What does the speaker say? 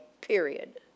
period